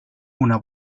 una